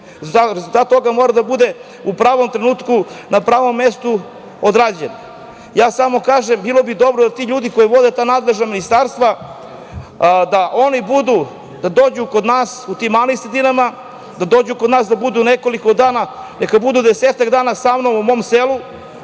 toga mora da bude u pravom trenutku na pravom mestu odrađen. Ja samo kažem, bilo bi dobro da ti ljudi koji vode ta nadležna ministarstva, da oni budu, da dođu kod nas u tim malim sredinama, da dođu kod nas, da budu nekoliko dana, neka budu desetak dana sa mnom u mom selu,